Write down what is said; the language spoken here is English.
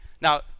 now